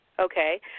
Okay